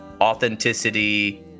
authenticity